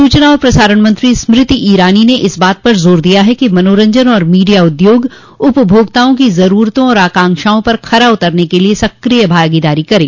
सूचना और प्रसारण मंत्री स्मृति ईरानी ने इस बात पर जोर दिया है कि मनोरंजन और मीडिया उद्योग उपभोक्ताओं की जरूरतों और आकांक्षाओं पर खरा उतरने के लिए सक्रिय भागीदारी करे